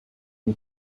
and